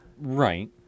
Right